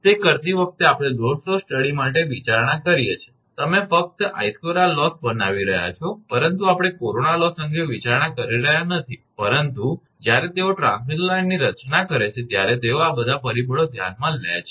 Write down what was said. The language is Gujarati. તે કરતી વખતે આપણે લોડ ફ્લો સ્ટડી માટે વિચારણા કરીએ છે તમે ફક્ત 𝐼2𝑟 લોસ બનાવી રહ્યા છો પરંતુ આપણે કોરોના લોસ અંગે વિચારણા કરી રહ્યા નથી પરંતુ જ્યારે તેઓ ટ્રાન્સમિશન લાઇનની રચના કરે છે ત્યારે તેઓ આ બધા પરિબળો ધ્યાનમાં લે છે